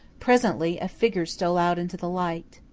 presently a figure stole out into the light.